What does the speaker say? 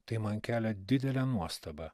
tai man kelia didelę nuostabą